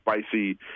spicy